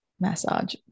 massage